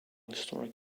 historic